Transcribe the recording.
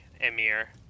Emir